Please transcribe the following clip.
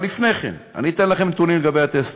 אבל לפני כן אתן לכם נתונים לגבי הטסטים: